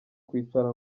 kwicara